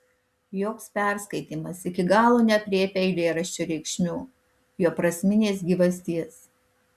joks perskaitymas iki galo neaprėpia eilėraščio reikšmių jo prasminės gyvasties